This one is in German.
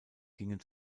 gingen